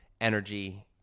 energy